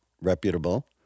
reputable